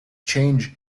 change